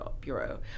Bureau